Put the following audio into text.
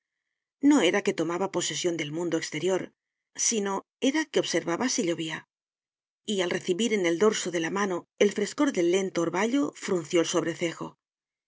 no era que tomaba posesión del mundo exterior sino era que observaba si llovía y al recibir en el dorso de la mano el frescor del lento orvallo frunció el sobrecejo